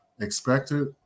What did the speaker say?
expected